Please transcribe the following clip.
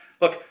Look